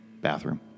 Bathroom